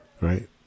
Right